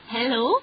Hello